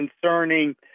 concerning